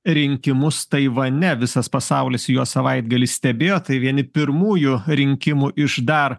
rinkimus taivane visas pasaulis juos savaitgalį stebėjo tai vieni pirmųjų rinkimų iš dar